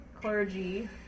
clergy